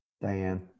Diane